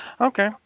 Okay